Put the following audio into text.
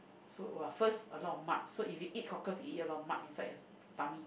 so !wah! first a lot of mud so if you eat cockles you eat a lot of mud inside your tummy